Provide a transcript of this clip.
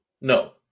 No